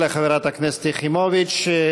תודה לחברת הכנסת יחימוביץ.